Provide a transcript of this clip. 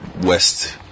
West